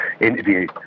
interview